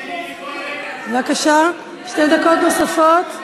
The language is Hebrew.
בבקשה, שתי דקות נוספות.